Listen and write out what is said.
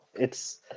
it's-